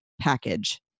package